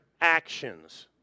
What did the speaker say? actions